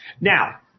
Now